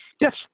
Yes